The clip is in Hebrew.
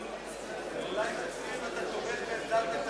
אולי תצהיר אם אתה תומך בעמדת נתניהו,